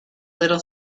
little